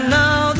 now